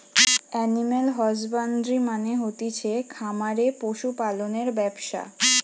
animal husbandry মানে হতিছে খামারে পশু পালনের ব্যবসা